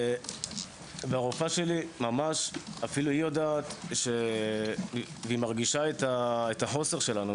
הרופאה שלי ממש אפילו היא יודעת ומרגישה את החוסר שלנו,